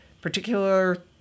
particular